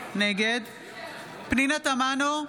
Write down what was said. נגד פנינה תמנו,